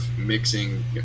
mixing